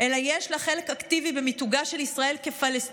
אלא יש לה חלק אקטיבי במיתוגה של ישראל כפלסטין.